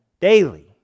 daily